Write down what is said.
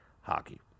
hockey